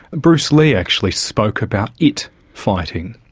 bruce lee, actually, spoke about it fighting.